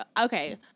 okay